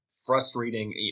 frustrating